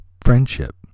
friendship